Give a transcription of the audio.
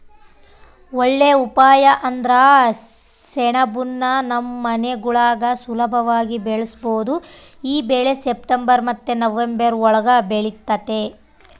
ಒಳ್ಳೇ ಉಪಾಯ ಅಂದ್ರ ಸೆಣಬುನ್ನ ನಮ್ ಮನೆಗುಳಾಗ ಸುಲುಭವಾಗಿ ಬೆಳುಸ್ಬೋದು ಈ ಬೆಳೆ ಸೆಪ್ಟೆಂಬರ್ ಮತ್ತೆ ನವಂಬರ್ ಒಳುಗ ಬೆಳಿತತೆ